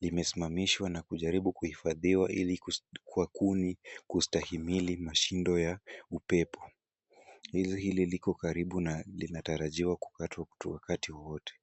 Limesimamishwa na kujaribu kuhifadhiwa ili kwa kuni kustahimili mashindo ya upepo. Ndizi hili liko karibu na linataajiwa kukatwa wakati wowote.